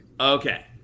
Okay